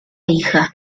hija